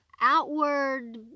outward